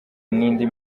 n’indi